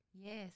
yes